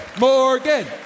Morgan